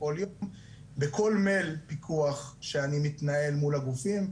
בכל מייל פיקוח שאני מתנהל מול הגופים,